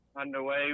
underway